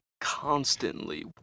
constantly